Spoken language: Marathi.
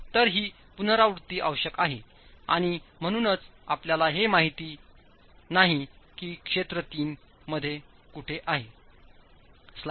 तर ही पुनरावृत्ती आवश्यक आहे आणि म्हणूनच आपल्याला हे माहित नाही की क्षेत्र 3 मध्ये कुठे आहे